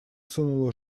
сунула